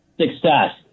success